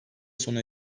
sona